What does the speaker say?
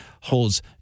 holds